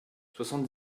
soixante